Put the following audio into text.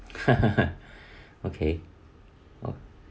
okay